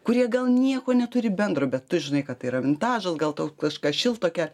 kurie gal nieko neturi bendro bet tu žinai kad tai yra vintažas gal tau kažką šilto kelia